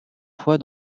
fois